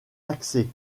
accès